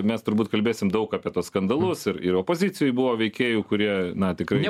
mes turbūt kalbėsim daug apie tuos skandalus ir ir opozicijoj buvo veikėjų kurie na tikrai